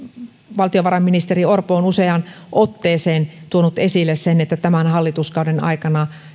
valtiovarainministeri orpo on useaan otteeseen tuonut esille sen että tämän hallituskauden aikana